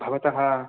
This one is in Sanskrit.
भवतः